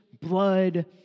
blood